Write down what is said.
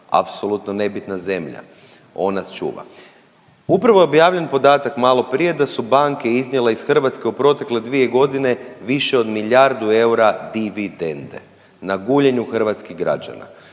apsolutno nebitna zemlja, on nas čuva. Upravo je objavljen podatak maloprije da su banke iznijele iz Hrvatske u protekle 2 godine više od milijardu eura dividende na guljenju hrvatskih građana.